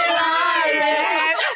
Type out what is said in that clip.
lying